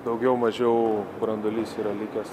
daugiau mažiau branduolys yra likęs